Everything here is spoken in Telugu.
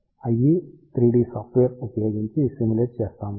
కాబట్టి IE3D సాఫ్ట్వేర్ను ఉపయోగించి సిమ్యులేషన్ చేస్తాము